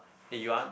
eh you want